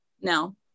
No